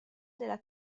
della